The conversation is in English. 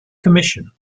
commission